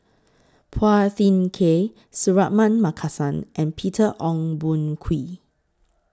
Phua Thin Kiay Suratman Markasan and Peter Ong Boon Kwee